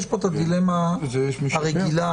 יש פה דילמה רגילה,